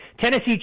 Tennessee